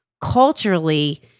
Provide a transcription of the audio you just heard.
culturally